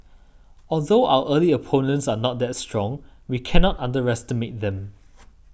although our early opponents are not that strong we can not underestimate them